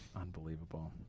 Unbelievable